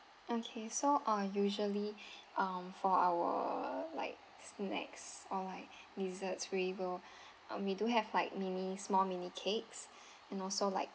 okay so uh usually um for our like snacks or like desserts we will uh we do have like mini small mini cakes and also like